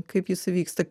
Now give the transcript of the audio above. kaip jis įvyksta